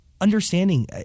understanding